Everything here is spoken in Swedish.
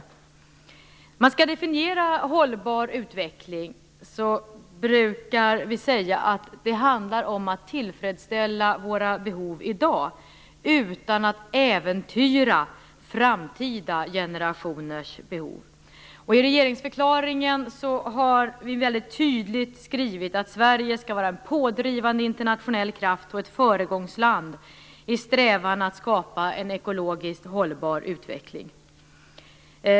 När vi skall definiera hållbar utveckling brukar vi säga att det handlar om att tillfredsställa våra behov i dag utan att äventyra framtida generationers behov. I regeringsförklaringen har vi tydligt skrivit att Sverige skall vara en pådrivande internationell kraft och ett föregångsland i strävan att skapa en ekologiskt hållbar utveckling.